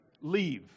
leave